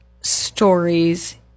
stories